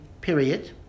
period